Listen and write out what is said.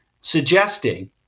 suggesting